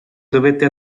dovette